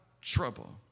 trouble